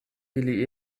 ili